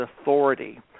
authority